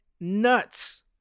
nuts